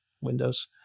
Windows